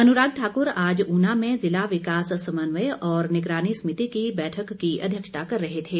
अनुराग ठाकुर आज ऊना में जिला विकास समन्वय और निगरानी समिति की बैठक की अध्यक्षता कर रहे थे